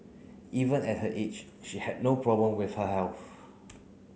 even at her age she had no problem with her health